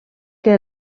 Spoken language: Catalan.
que